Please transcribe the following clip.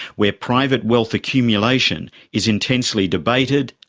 where private wealth accumulation is intensely debated,